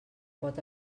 pot